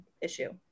issue